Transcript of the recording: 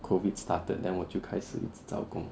COVID started then 我就开始找工